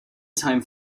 time